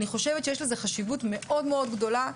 אני חושבת שיש לזה חשיבות מאוד-מאוד גדולה.